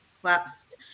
collapsed